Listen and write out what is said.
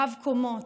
רב-קומות.